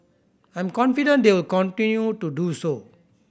I'm confident they will continue to do so